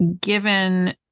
given